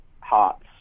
hearts